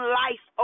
life